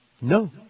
No